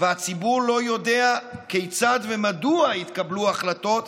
והציבור לא יודע כיצד ומדוע התקבלו ההחלטות,